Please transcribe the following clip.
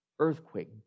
Earthquake